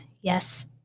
yes